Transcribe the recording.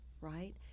right